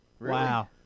Wow